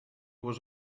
was